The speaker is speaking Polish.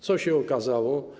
Co się okazało?